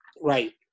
Right